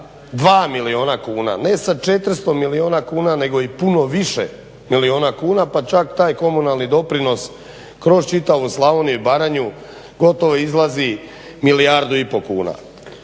2 milijuna kuna, ne sa 400 milijuna kuna nego i puno više milijuna kuna pa čak taj komunalni doprinos kroz čitavu Slavoniju i Baranju gotovo izlazi milijardu i pol kuna.